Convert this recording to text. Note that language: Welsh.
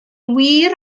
wir